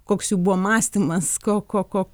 koks jų buvo mąstymas ko ko ko